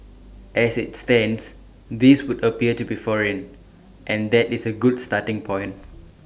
as IT stands these would appear to be foreign and that is A good starting point